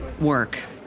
work